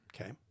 Okay